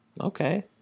okay